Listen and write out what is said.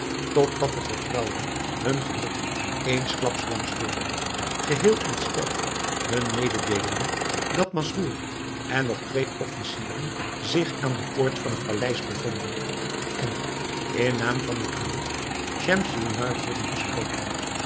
dat de vertrouwde hun geluk eensklaps kwam storen geheel ontsteld hun mededeelende dat masrour en nog twee officieren zich aan de poort van het paleis bevonden en in naam van den kalif schemselnihar vroegen te spreken